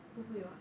不会 [what]